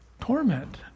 torment